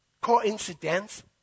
coincidence